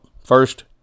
first